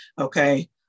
okay